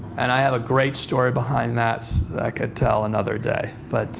and i have a great story behind that i could tell another day. but